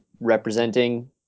representing